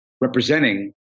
representing